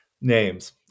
names